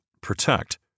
protect